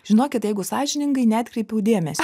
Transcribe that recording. žinokit jeigu sąžiningai neatkreipiau dėmesio